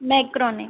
macaroni